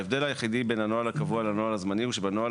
ההבדל היחיד בין הנוהל הקבוע לנוהל הזמני הוא שבנוהל